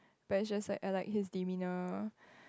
but is just like like he is demeanour